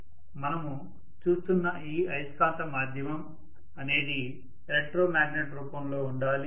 మనము చూస్తున్న ఈ అయస్కాంత మాధ్యమం అనేది ఎలక్ట్రో మ్యాగ్నెట్ రూపంలో ఉండాలి